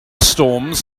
storms